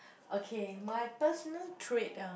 okay my personal trait ah